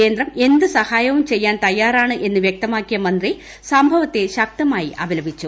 കേന്ദ്രം എന്ത് സഹായവും ചെയ്യാൻ തയ്യാറാണ് എന്ന് വ്യക്തമാക്കിയ മന്ത്രി സംഭവത്തെ ശക്തമായി അപലപിച്ചു